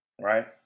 Right